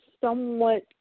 somewhat